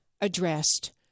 addressed